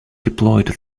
deployed